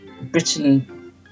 Britain